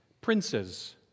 Princes